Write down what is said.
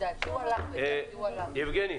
יבגני,